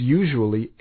usually